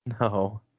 No